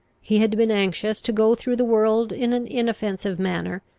he had been anxious to go through the world in an inoffensive manner,